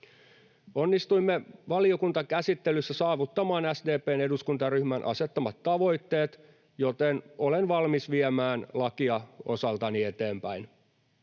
Onnistuimme valiokuntakäsittelyssä saavuttamaan SDP:n eduskuntaryhmän asettamat tavoitteet, joten olen valmis viemään lakia osaltani eteenpäin.